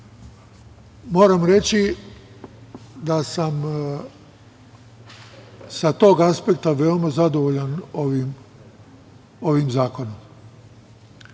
reći da sam sa tog aspekta veoma zadovoljan ovim zakonom. Mislim